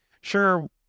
sure